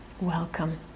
welcome